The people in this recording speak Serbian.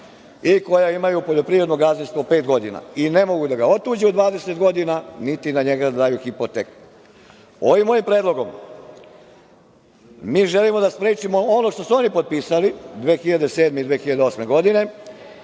i koja imaju poljoprivredno gazdinstvo pet godina i ne mogu da ga otuđe 20 godina, niti na njega da daju hipoteku. Ovim mojim predlogom mi želimo da sprečimo ono što su oni potpisali 2007. ili 2008. godine,